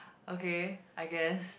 okay I guess